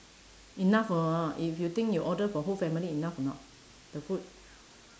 enough or not if you think you order for whole family enough or not the food